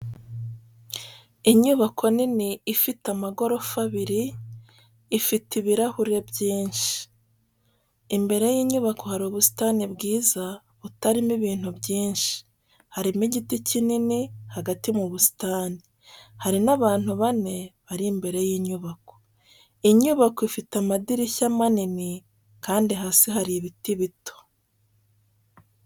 Inyubako nini ifite igorofa ebyiri, ifite ibirahuri byinshi, imbere y'inyubako hari ubusitani bwiza butarimo ibintu byinshi, harimo igiti kinini hagati mu busitani. Hari n'abantu bane bari imbere y'inyubako. Inyubako ifite idirishya rinini, kandi hasi hari ibiti bito.